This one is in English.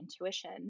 intuition